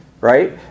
right